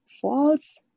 false